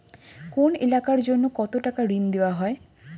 কোন এলাকার জন্য কত টাকা ঋণ দেয়া হয়?